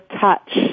touch